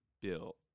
Bill